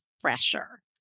fresher